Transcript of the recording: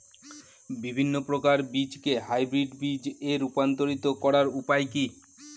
বিভিন্ন প্রকার বীজকে হাইব্রিড বীজ এ রূপান্তরিত করার উপায় কি?